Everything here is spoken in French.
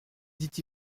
dit